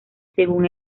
según